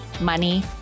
Money